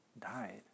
died